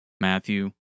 Matthew